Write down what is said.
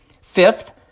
Fifth